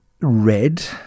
red